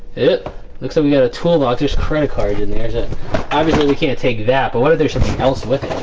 it looks like we got a tool not just credit cards in theirs it obviously we can't take that but what are there's something else with